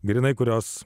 grynai kurios